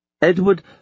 Edward